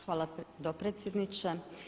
Hvala dopredsjedniče.